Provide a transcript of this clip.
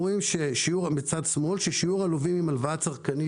אנחנו רואים מצד שמאל ששיעור הלווים עם הלוואה צרכנית